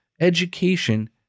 education